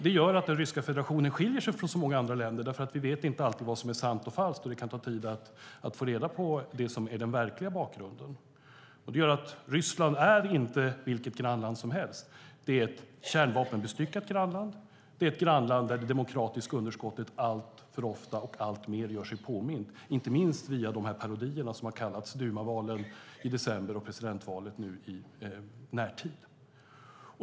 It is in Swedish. Det gör att Ryska federationen skiljer sig från många andra länder, därför att vi inte alltid vet vad som är sant eller falskt och det kan ta tid att få reda på det som är den verkliga bakgrunden. Det gör att Ryssland inte är vilket grannland som helst. Det är ett grannland med kärnvapen. Det är ett grannland där det demokratiska underskottet alltför ofta och alltmer gör sig påmint, inte minst via de parodier som har kallats dumaval i december och presidentvalet i närtid.